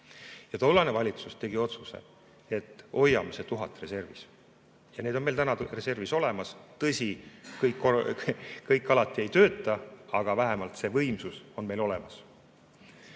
Tollane valitsus tegi otsuse, et hoiame selle 1000 megavatti reservis. Need on meil täna reservis olemas. Tõsi, kõik alati ei tööta, aga vähemalt see võimsus on meil olemas.